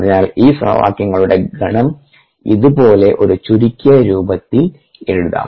അതിനാൽ ഈ സമവാക്യങ്ങളുടെ ഗണം ഇതുപോലെ ഒരു ചുരുക്കിയ രൂപത്തിൽ എഴുതാം